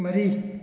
ꯃꯔꯤ